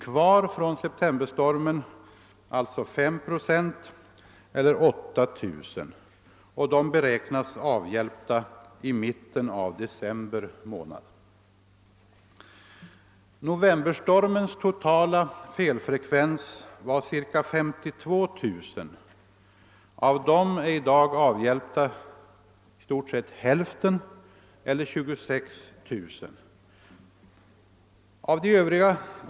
Kvar från septemberstormen står alltså fem procent eller 8 000 av felen. De beräknas vara avhjälpta i mitten av december månad. Det totala antalet fel med anledning av novemberstormen var ca 52 000. Av dessa är i dag i stort sett hälften eller 26 0009 avhjälpta.